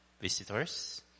visitors